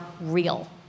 real